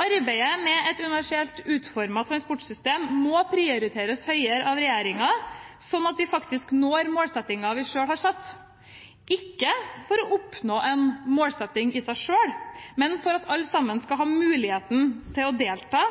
Arbeidet med et universelt utformet transportsystem må prioriteres høyere av regjeringen, slik at vi faktisk når målsettingen vi selv har satt – ikke for å oppnå en målsetting i seg selv, men for at alle sammen skal ha